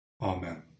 amen